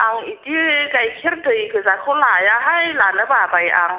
आं बिदि गाइखेर दैगोजाखौ लायाहाय लानो बाबाय आं